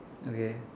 okay